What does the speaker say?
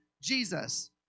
Jesus